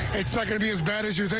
it's not going to be as bad as you